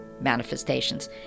manifestations